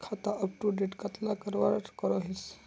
खाता अपटूडेट कतला लगवार करोहीस?